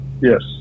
Yes